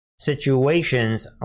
situations